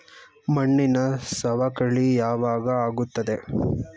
ಮಣ್ಣಿನ ಸವಕಳಿ ಯಾವಾಗ ಆಗುತ್ತದೆ?